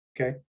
Okay